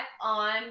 on